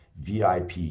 vip